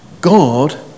God